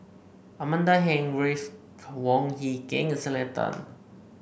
Amanda Heng Ruth Wong Hie King and Selena Tan